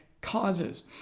causes